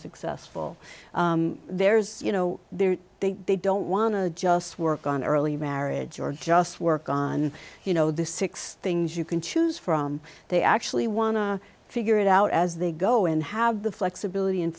successful there's you know there they don't want to just work on early marriage or just work on you know the six things you can choose from they actually want to figure it out as they go and have the flexibility